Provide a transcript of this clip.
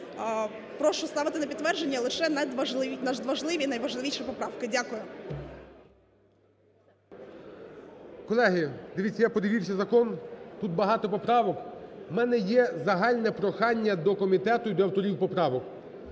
прошу ставити на підтвердження лише надважливі… найважливіші поправки. Дякую. ГОЛОВУЮЧИЙ. Колеги, дивіться, я подивився закон. Тут багато поправок. У мене є загальне прохання до комітету і до авторів поправок: